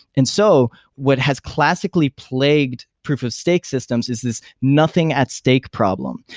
and so what has classically plagued proof of stake systems is this nothing at stake problem.